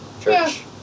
church